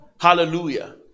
Hallelujah